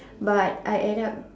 but I end up